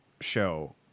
show